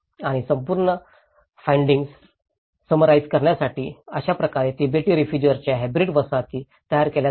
आणि संपूर्ण findings summarise करण्यासाठी अशा प्रकारे तिबेटी रेफुजिर्सच्या हॅब्रिड वसाहती तयार केल्या जातात